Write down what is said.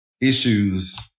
issues